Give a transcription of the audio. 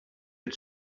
had